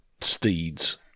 steeds